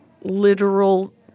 literal